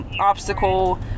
obstacle